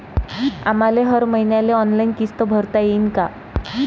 आम्हाले हर मईन्याले ऑनलाईन किस्त भरता येईन का?